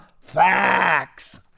facts